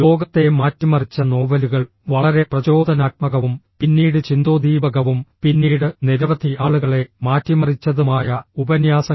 ലോകത്തെ മാറ്റിമറിച്ച നോവലുകൾ വളരെ പ്രചോദനാത്മകവും പിന്നീട് ചിന്തോദ്ദീപകവും പിന്നീട് നിരവധി ആളുകളെ മാറ്റിമറിച്ചതുമായ ഉപന്യാസങ്ങൾ